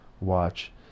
watch